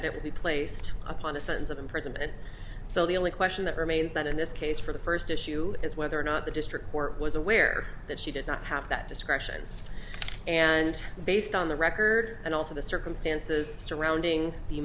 will be placed upon a sense of imprisonment so the only question that remains that in this case for the first issue is whether or not the district court was aware that she did not have that discretion and based on the record and also the circumstances surrounding the